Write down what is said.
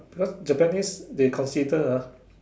because Japanese they consider ah